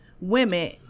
women